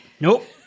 nope